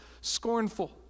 scornful